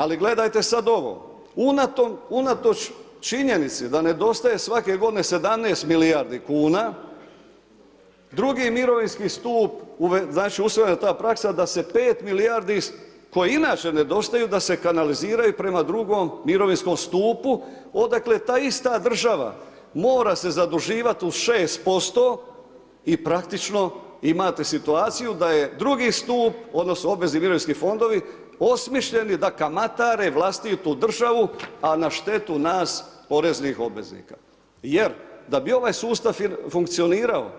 Ali gledajte sad ovo, unatoč činjenici da nedostaje svake godine 17 milijardi kuna drugi mirovinski stup, znači usvojena je ta praksa da se 5 milijardi koje inače nedostaju da se kanaliziraju prema drugom mirovinskom stupu odakle ta ista država mora se zaduživat 6% i praktično imate situaciju da je drugi stup odnosno obvezni mirovinski fondovi osmišljeni da kamatare vlastitu državu a na štetu nas poreznih obveznika jer da bi sustav funkcionirao,